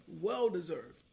well-deserved